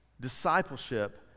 discipleship